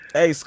Hey